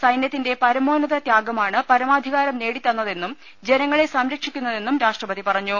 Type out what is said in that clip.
സൈന്യത്തിന്റെ പരമോന്നത ത്യാഗമാണ് പരമാധികാരം നേടിത്തന്നതെന്നും ജനങ്ങളെ സംരക്ഷിക്കുന്നതെന്നും രാഷ്ട്രപതി പറഞ്ഞു